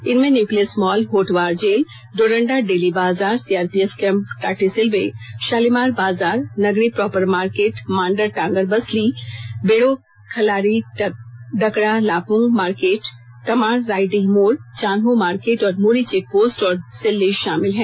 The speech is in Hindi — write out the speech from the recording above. इनमें Nucleus Mall Hotwar jail Doranda daily Bazar CRPF camp Tatisilwai Shalimar Bazar Nagri proper market Mandar Tangar Basli Bero Khalari Dakra Lapung market Tamar Raidih Mor Chanho market और मूरी चेकपोस्ट और सिल्ली शामिल है